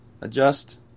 Adjust